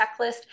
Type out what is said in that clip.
checklist